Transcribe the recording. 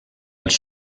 als